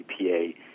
EPA